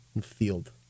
field